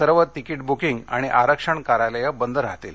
सर्व ticket booking आणि आरक्षण कार्यालय बंद राहातील